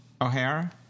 O'Hara